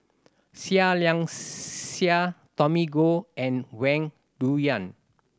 Seah Liang Seah Tommy Koh and Wang Dayuan